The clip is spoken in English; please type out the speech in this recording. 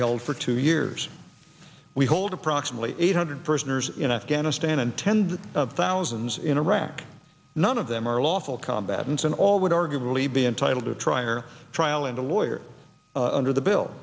held for two years we hold approximately eight hundred first ners in afghanistan and tend of thousands in iraq none of them are lawful combatants and all would arguably be entitled to try or trial and a lawyer under the bill